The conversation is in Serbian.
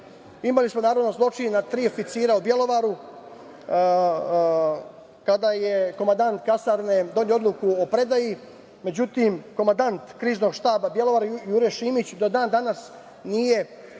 smo naravno zločin nad tri oficira u Bjelovaru, kada je komandant kasarne doneo odluku o predaji, međutim komandant kriznog štaba Bjelovar Jure Šimić do dan danas nije